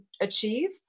achieve